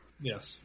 Yes